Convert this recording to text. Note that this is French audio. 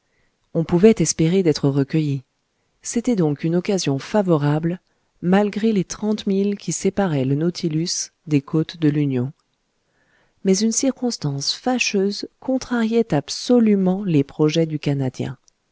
on pouvait espérer d'être recueilli c'était donc une occasion favorable malgré les trente milles qui séparaient le nautilus des côtes de l'union mais une circonstance fâcheuse contrariait absolument les projets du canadien